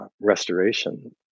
restoration